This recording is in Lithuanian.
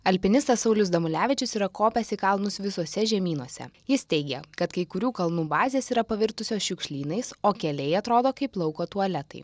alpinistas saulius damulevičius yra kopęs į kalnus visuose žemynuose jis teigia kad kai kurių kalnų bazės yra pavirtusios šiukšlynais o keliai atrodo kaip lauko tualetai